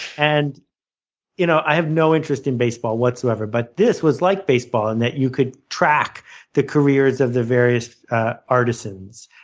and you know i have no interest in baseball whatsoever but this was like baseball in and that you could track the careers of the various artisans,